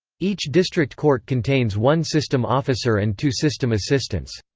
each district court contains one system officer and two system assistants.